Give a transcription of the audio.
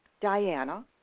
Diana